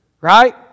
Right